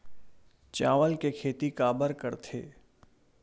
चावल के खेती काबर करथे?